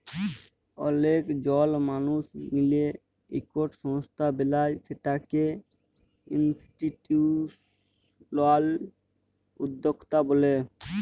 অলেক জল মালুস মিলে ইকট সংস্থা বেলায় সেটকে ইনিসটিটিউসলাল উদ্যকতা ব্যলে